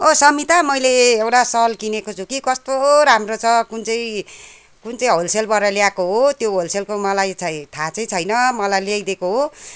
औ समिता मैले एउटा सल किनेको छु कि कस्तो राम्रो छ कुन चाहिँ कुन चाहिँ होलसेलबाट ल्याएको हो त्यो होलसेलको मलाई चाहिँ थाहा चाहिँ छैन मलाई ल्याइदिएको हो